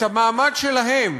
את המעמד שלהם.